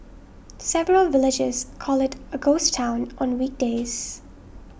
several villagers call it a ghost town on weekdays